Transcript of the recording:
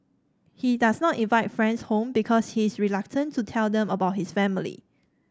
he does not invite friends home because he is reluctant to tell them about his family